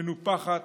מנופחת